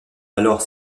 alors